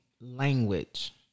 language